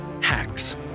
hacks